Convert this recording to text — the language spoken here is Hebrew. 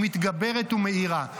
היא מתגברת ומאירה.